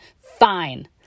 fine